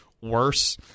worse